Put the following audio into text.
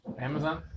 Amazon